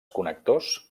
connectors